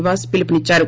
నివాస్ పిలుపునిచ్చారు